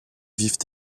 vivent